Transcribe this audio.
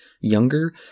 younger